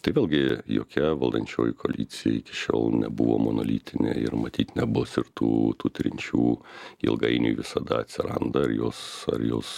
tai vėlgi jokia valdančioji koalicija iki šiol nebuvo monolitinė ir matyt nebus ir tų trinčių ilgainiui visada atsiranda ir jos ar jos